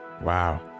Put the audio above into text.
Wow